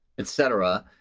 etc.